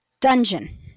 dungeon